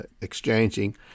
exchanging